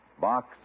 Box